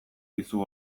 dizu